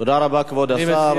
תודה רבה, כבוד השר.